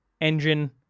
engine